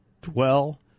dwell